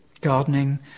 gardening